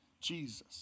Jesus